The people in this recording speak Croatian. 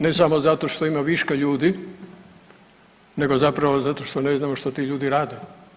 Ne samo zato što ima viška ljudi, nego zapravo zato što ne znamo što ti ljudi rade.